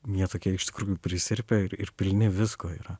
jie tokie iš tikrųjų prisirpę ir ir pilni visko yra